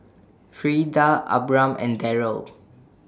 Freida Abram and Derald